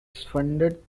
funded